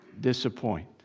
disappoint